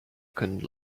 couldn’t